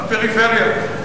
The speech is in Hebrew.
בפריפריה,